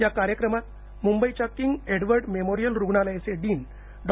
या कार्यक्रमात मुंबईच्याकिंग एडवर्ड मेमोरियल रुग्णालयाचे डीन डॉ